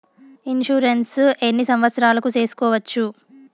Insurance ఎన్ని సంవత్సరాలకు సేసుకోవచ్చు?